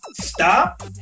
stop